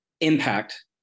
impact